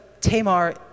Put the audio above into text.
Tamar